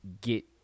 get